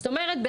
זאת אומרת,